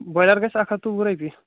broiler گَژھہِ اَکھ ہَتھ تہٕ وُہ رۄپیہِ